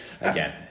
again